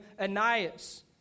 Ananias